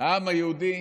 העם היהודי